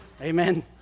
amen